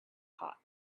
hot